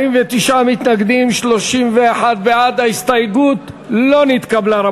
אם כן, רבותי, הסתייגות 113 לא נתקבלה.